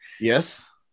Yes